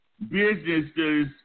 businesses